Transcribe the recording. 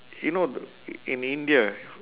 you know in india